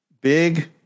big